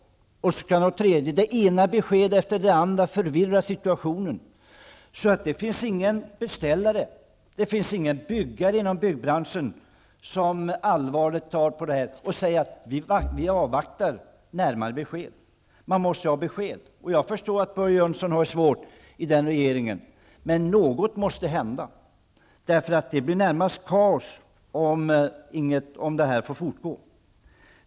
Och så kommer ett tredje besked. Det ena beskedet efter det andra förvirrar situationen. Det finns inga beställare, inga byggare inom byggbranschen som tar allvarligt på dessa besked. De säger: Vi avvaktar närmare besked. Man måste ju ha besked. Jag förstår att Börje Hörnlund har det svårt i den regeringen. Men något måste hända. Det blir närmast kaos om detta får fortgå.